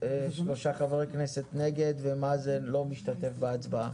שלושה חברי כנסת נגד ומאזן לא משתתף בהצבעה.